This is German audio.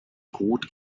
rot